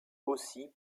aussi